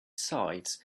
sides